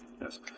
Yes